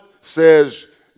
says